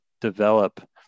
develop